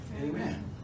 Amen